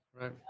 right